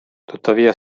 tuttavia